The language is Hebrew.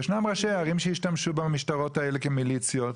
יש ראשי ערים שהשתמשו במשטרות האלה כמליציות.